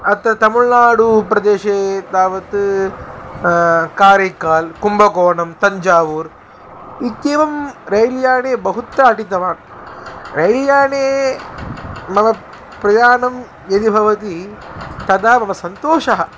अत्र तमिळ्नाडुप्रदेशे तावत् कारिकाल्कुम्बकोनं तञ्जावूर् इत्येवं रैलयाने बहुत्र अटितवान् रैलयाने मम प्रयाणं यदि भवति तदा मम सन्तोषः